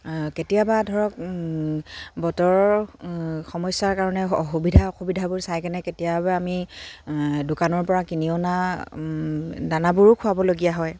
কেতিয়াবা ধৰক বতৰৰ সমস্যাৰ কাৰণে সুবিধা অসুবিধাবোৰ চাইকেনে কেতিয়াবা আমি দোকানৰ পৰা কিনি অনা দানাবোৰো খুৱাবলগীয়া হয়